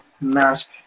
mask